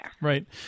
Right